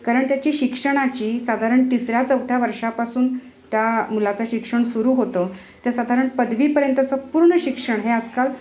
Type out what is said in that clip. कारण त्याची शिक्षणाची साधारण तिसऱ्या चौथ्या वर्षापासून त्या मुलाचे शिक्षण सुरू होते ते साधारण पदवीपर्यंतचे पूर्ण शिक्षण हे आजकाल